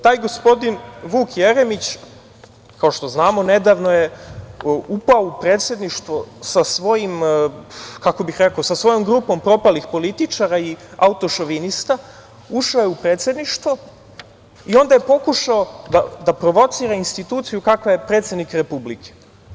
Taj gospodin Vuk Jeremić, kao što znamo, nedavno je upao u Predsedništvo sa svojom grupom propalih političara i autošovinista, ušao je u Predsedništvo i onda je pokušao da provocira instituciju kakva je predsednik Republike.